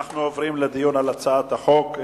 אנחנו עוברים לדיון על הצעת החוק.